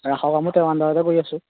ৰাসৰ কামো তেওঁৰ আনদাৰতেই কৰি আছো